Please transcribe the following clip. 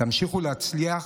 תמשיכו להצליח,